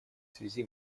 связи